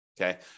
Okay